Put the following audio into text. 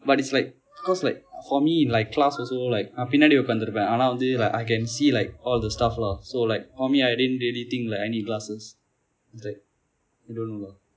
but it's like cause like for me in my class also like நான் பின்னாடி உட்கார்ந்து இருப்பேன் ஆனா வந்து:naan pinaadi utkaarnthu irupen aana vanthu like I can see like all the stuff lah so like for me I didn't really think that I need glasses is like I don't know lah